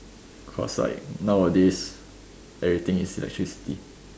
cause like nowadays everything is electricity